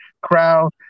crowd